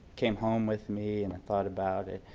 came home with me, and and thought about it,